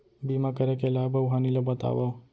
बीमा करे के लाभ अऊ हानि ला बतावव